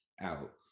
out